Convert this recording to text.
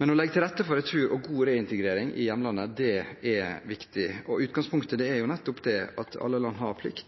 Men å legge til rette for retur og god re-integrering i hjemlandet er viktig. Utgangspunktet er nettopp at alle land har plikt